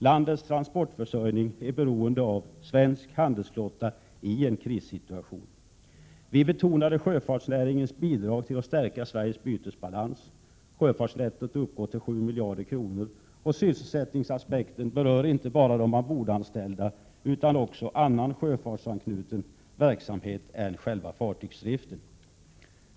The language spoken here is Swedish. Landets transportförsörjning är beroende av svensk handelsflotta i en krissituation. Vi betonade sjöfartsnäringens bidrag till att stärka Sveriges bytesbalans. Sjöfartsnettot uppgår till ca 7 miljader kronor, och sysselsättningsaspekten berör inte bara de ombordanställda utan också annan sjöfartsanknuten verksamhet än själva fartygsdriften.